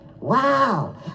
Wow